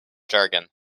jargon